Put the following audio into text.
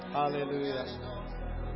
hallelujah